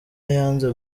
yanze